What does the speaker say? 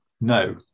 no